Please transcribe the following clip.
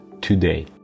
today